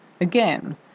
again